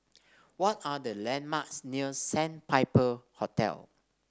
what are the landmarks near Sandpiper Hotel